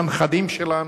לנכדים שלנו,